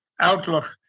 outlook